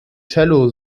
cello